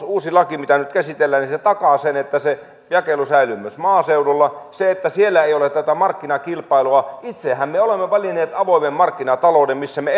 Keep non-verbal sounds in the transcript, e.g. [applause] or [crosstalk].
[unintelligible] uusi laki mitä nyt käsitellään takaa sen että se jakelu säilyy myös maaseudulla siellä ei ole tätä markkinakilpailua itsehän me olemme valinneet avoimen markkinatalouden missä me [unintelligible]